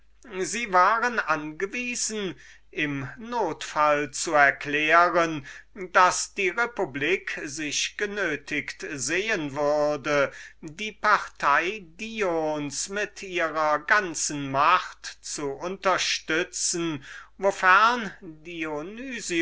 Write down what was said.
bewürken und im notfall zu erklären daß diese republik sich genötiget sehen würde die partei dions mit ihrer ganzen macht zu unterstützen